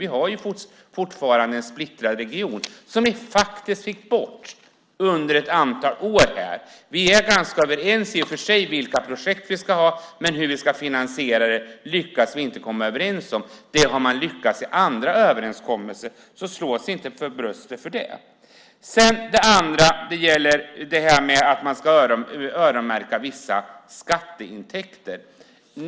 Vi har fortfarande en splittrad region - vi fick faktiskt bort det under ett antal år. Vi är i och för sig ganska överens om vilka projekt vi ska ha, men hur vi ska finansiera det lyckas vi inte komma överens om. Det har man lyckats med i andra överenskommelser. Slå er inte för bröstet för det. Det andra gäller att man ska öronmärka vissa skatteintäkter.